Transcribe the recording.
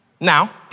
Now